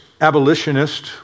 abolitionist